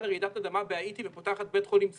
לרעידת אדמה בהאיטי ופותחת בית חולים שדה.